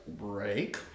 break